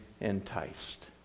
enticed